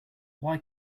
why